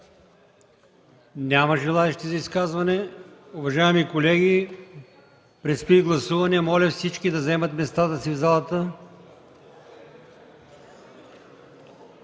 Няма желаещи. Уважаеми колеги, предстои гласуване. Моля всички да заемат местата си в залата.